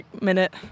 minute